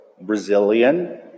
Brazilian